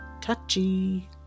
Touchy